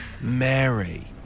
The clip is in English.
Mary